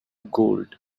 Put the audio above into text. gold